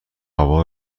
هوا